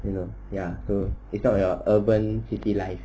you know ya so it's not your urban city life